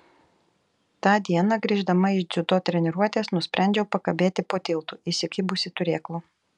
tą dieną grįždama iš dziudo treniruotės nusprendžiau pakabėti po tiltu įsikibusi turėklų